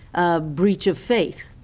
a breach of faith.